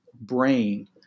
brain